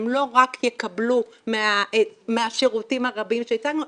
הם לא רק יקבלו מהשירותים הרבים שהצגנו,